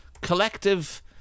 Collective